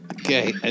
Okay